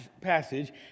passage